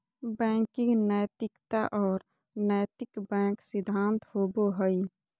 banking नैतिकता और नैतिक बैंक सिद्धांत होबो हइ